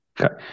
Okay